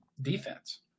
defense